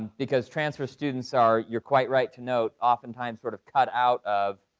because transfer students are, you're quite right to note, often times sort of cut out of,